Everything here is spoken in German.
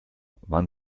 wann